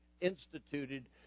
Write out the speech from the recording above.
instituted